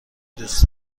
دوست